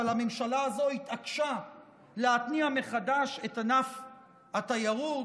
הממשלה הזאת התעקשה להתניע מחדש את ענף התיירות.